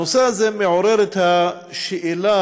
הנושא הזה מעורר שאלה